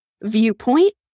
viewpoint